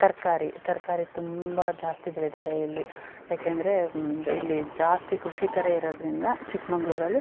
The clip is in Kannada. ತರಕಾರಿ ತರಕಾರಿ ತುಂಬ ಜಾಸ್ತಿ ಬೆಳೀತಾರೆ ಇಲ್ಲಿ ಏಕೆಂದರೆ ಇಲ್ಲಿ ಜಾಸ್ತಿ ಕೃಷಿಕರೇ ಇರೋದ್ರಿಂದ ಚಿಕ್ಕಮಂಗ್ಳೂರಲ್ಲಿ